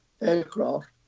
aircraft